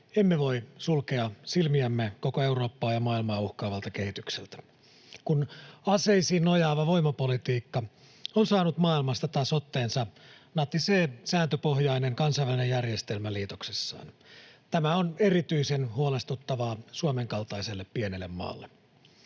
emme voi sulkea silmiämme koko Eurooppaa ja maailmaa uhkaavalta kehitykseltä. Kun aseisiin nojaava voimapolitiikka on saanut maailmasta taas otteensa, natisee sääntöpohjainen kansainvälinen järjestelmä liitoksissaan. Tämä on erityisen huolestuttavaa Suomen kaltaiselle pienelle maalle.